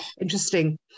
interesting